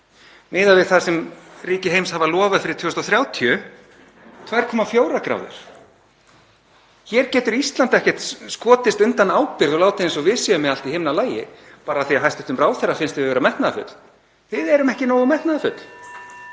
Miðað við það sem ríki heims hafa lofað fyrir 2030 er hún 2,4°C. Hér getur Ísland ekki skotið sér undan ábyrgð og látið eins og við séum með allt í himnalagi, bara af því að hæstv. ráðherra finnst við vera metnaðarfull. Við erum ekki nógu metnaðarfull.